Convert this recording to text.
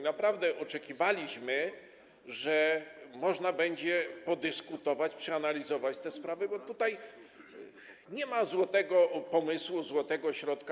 Naprawdę oczekiwaliśmy, że można będzie podyskutować, przeanalizować te sprawy, bo tutaj nie ma złotego pomysłu, złotego środka.